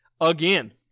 Again